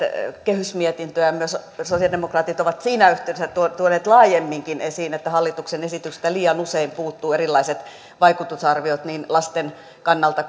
kehysmietintöä myös sosialidemokraatit ovat siinä yhteydessä tuoneet laajemminkin esiin että hallituksen esityksistä liian usein puuttuvat erilaiset vaikutusarviot niin lasten kannalta